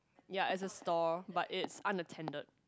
ya is a store but its unattended